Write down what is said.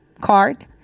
card